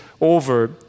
over